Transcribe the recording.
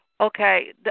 Okay